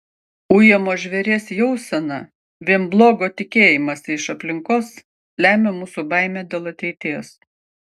ujamo žvėries jauseną vien blogo tikėjimąsi iš aplinkos lemia mūsų baimė dėl ateities